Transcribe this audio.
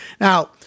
Now